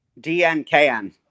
dnkn